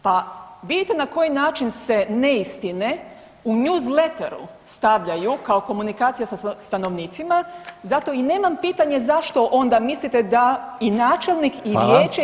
Pa vidite na koji način se neistine u newsletteru stavljaju kao komunikacija sa stanovnicima, zato i nemam pitanje zašto onda mislite da i načelnik i Vijeće i